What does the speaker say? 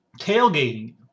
tailgating